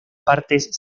partes